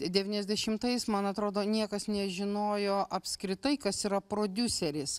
devyniasdešimtais man atrodo niekas nežinojo apskritai kas yra prodiuseris